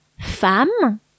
femme